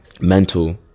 Mental